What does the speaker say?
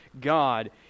God